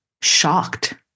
shocked